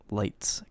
lights